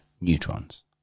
neutrons